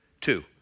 Two